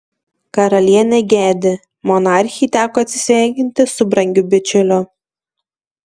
karalienė gedi monarchei teko atsisveikinti su brangiu bičiuliu